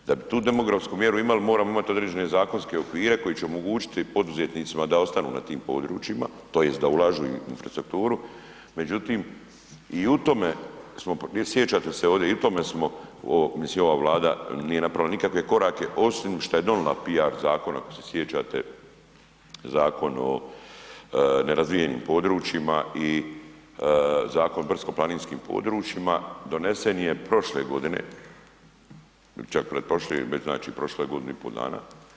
Da bi tu demografsku mjeru imali moramo imati određene zakonske okvire koji će omogućiti poduzetnicima da ostanu na tim područjima tj. da ulažu u infrastrukturu, međutim sjećate se ovdje i o tome se mislim ova Vlada nije napravila nikakve korake osim šta je donije PR zakon ako se sjećate, zakon o nerazvijenim područjima i Zakon o brdsko-planinskim područjima donesen je prošle godine, čak pretprošle znači prošlo je godinu i pol dana.